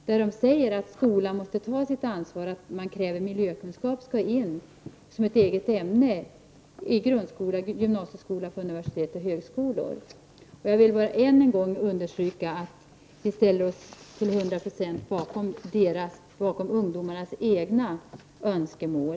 De säger att skolan måste ta sitt ansvar, och de kräver att miljökunskap skall in som ett eget ämne i grundskolan och gymnasieskolan och på universitet och högskola. Jag vill än en gång understryka att vi ställer upp till hundra procent bakom ungdomarnas egna önskemål.